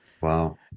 wow